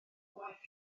gwaith